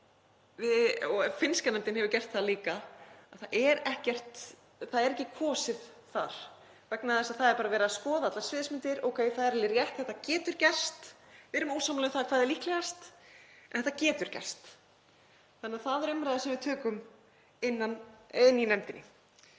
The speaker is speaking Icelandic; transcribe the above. og finnska nefndin hefur gert það líka — að það eru ekki greidd atkvæði þar. Það er bara verið að skoða allar sviðsmyndir: Ókei, það er alveg rétt, þetta getur gerst. Við erum ósammála um hvað er líklegast en þetta getur gerst. Þannig að það er umræða sem við tökum í nefndinni.